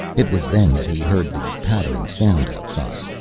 it was then that he heard the pattering sound outside.